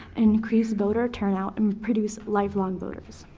increase voter turnout, and produce lifelong voters.